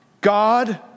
God